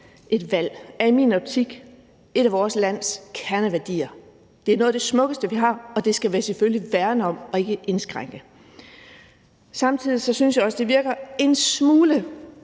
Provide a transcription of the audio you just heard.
et valg er i min optik en af vores lands kerneværdier. Det er noget af det smukkeste, vi har, og det skal vi selvfølgelig værne om og ikke indskrænke. Samtidig synes jeg også, det virker en smule